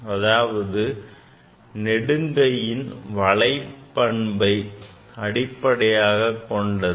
அதாவது நெடுங்கையின் வளைபண்பை அடிப்படையாகக் கொண்டது